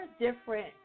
different